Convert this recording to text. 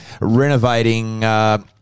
renovating